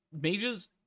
mages